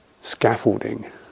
scaffolding